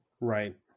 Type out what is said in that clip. right